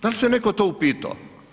Da li se netko to upitao?